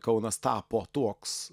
kaunas tapo toks